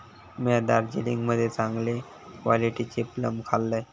म्या दार्जिलिंग मध्ये चांगले क्वालिटीचे प्लम खाल्लंय